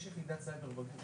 יש יחידת סייבר בגוף.